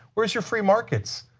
where is your free markets?